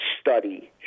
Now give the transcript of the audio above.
study